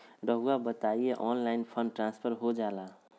रहुआ बताइए online fund transfer हो जाला?